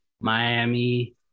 Miami